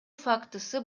фактысы